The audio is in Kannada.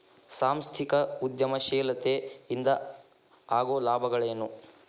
ಸಾಂಸ್ಥಿಕ ಉದ್ಯಮಶೇಲತೆ ಇಂದ ಆಗೋ ಲಾಭಗಳ ಏನು